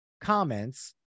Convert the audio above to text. comments